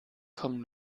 kommen